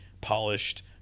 polished